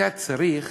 אתה צריך